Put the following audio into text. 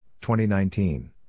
2019